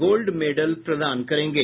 gold medal प्रदान करेंगे